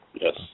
Yes